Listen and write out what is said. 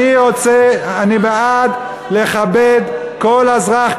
אני בעד לכבד כל אזרח,